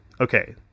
okay